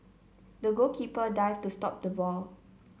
the goalkeeper dived to stop the ball